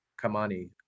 Kamani